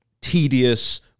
tedious